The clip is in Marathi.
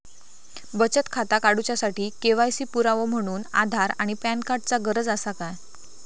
बचत खाता काडुच्या साठी के.वाय.सी पुरावो म्हणून आधार आणि पॅन कार्ड चा गरज आसा काय?